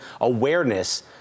awareness